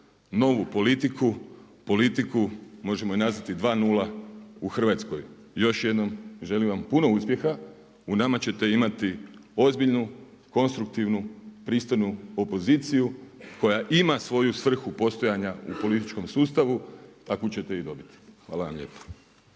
novu politiku, politiku možemo je nazvati 2:0 u Hrvatskoj. Još jednom želim vam puno uspjeha, u nama ćete imati ozbiljnu, konstruktivnu pristojnu opoziciju koja ima svoju svrhu postojanja u političkom sustavu, takvu ćete i dobiti. Hvala vam lijepa.